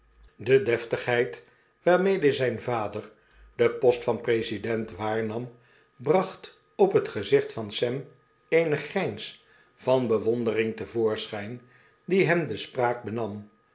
de deftigheid waarmede zyn vader den post van president waarnam bracht on het gezicht van sam eenen grijns vanbewonderingte voorschijn die hem de spraak benam